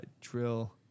drill